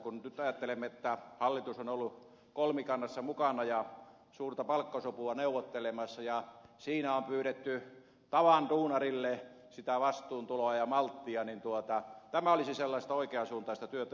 kun nyt ajattelemme että hallitus on ollut kolmikannassa mukana ja suurta palkkasopua neuvottelemassa ja siinä on pyydetty tavan duunarille sitä vastaantuloa ja malttia niin tämä olisi sellaista oikeansuuntaista työtä